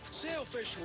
Sailfish